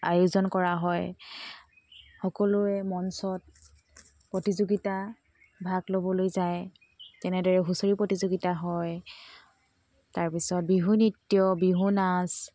আয়োজন কৰা হয় সকলোৱে মঞ্চত প্ৰতিযোগিতাত ভাগ ল'বলৈ যায় তেনেদৰে হুঁচৰি প্ৰতিযোগিতা হয় তাৰপিছত বিহু নৃত্য বিহু নাচ